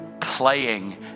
playing